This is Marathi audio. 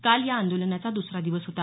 काल या आंदोलनाचा दुसरा दिवस होता